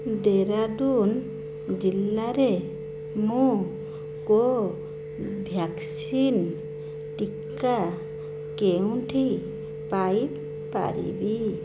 ଡେରାଡୁନ୍ ଜିଲ୍ଲାରେ ମୁଁ କୋଭ୍ୟାକ୍ସିନ୍ ଟିକା କେଉଁଠି ପାଇ ପାରିବି